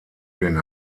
den